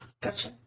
Gotcha